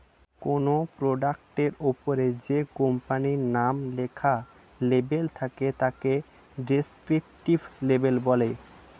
কোনো প্রোডাক্টের ওপরে যে কোম্পানির নাম লেখা লেবেল থাকে তাকে ডেসক্রিপটিভ লেবেল বলে